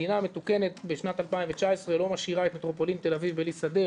מדינה מתוקנת בשנת 2019 לא משאירה את מטרופולין תל אביב בלי שדה,